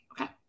Okay